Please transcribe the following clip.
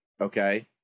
okay